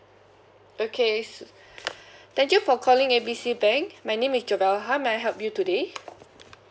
okay thank you for calling A B C bank my name is jobelle how may I help you today